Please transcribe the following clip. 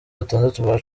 batandatu